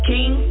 King